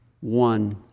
One